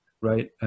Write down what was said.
right